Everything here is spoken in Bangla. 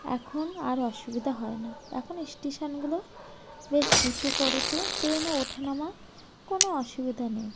এখন আর অসুবিধা হয় না এখন স্টেশনগুলো বেশ উঁচু করেছে ট্রেনে ওঠা নামা কোনো অসুবিধা নেই